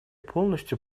полностью